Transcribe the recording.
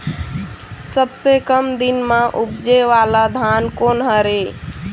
सबसे कम दिन म उपजे वाला धान कोन हर ये?